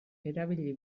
erabili